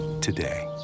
today